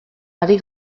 ari